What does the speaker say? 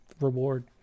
reward